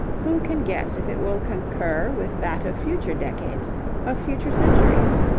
who can guess if it will concur with that of future decades of future centuries?